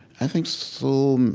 i think so um